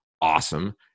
Awesome